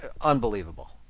unbelievable